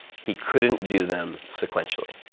he couldn't do them sequentially.